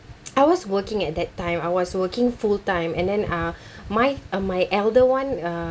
I was working at that time I was working full time and then uh my uh my elder one uh